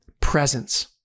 presence